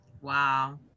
wow